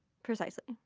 precisely.